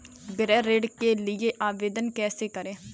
गृह ऋण के लिए आवेदन कैसे करें?